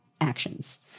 actions